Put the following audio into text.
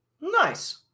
Nice